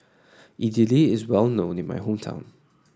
Idili is well known in my hometown